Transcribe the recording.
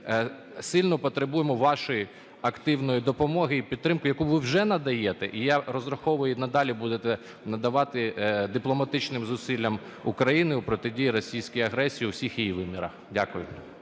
сильно потребуємо вашої активної допомоги і підтримки, яку ви вже надаєте, і я розраховую і надалі будете надавати дипломатичним зусиллям України в протидії російської агресії у всіх її вимірах. Дякую.